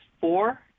four